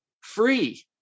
free